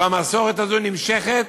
והמסורת הזאת נמשכת